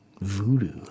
voodoo